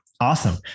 Awesome